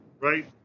right